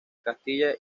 castilla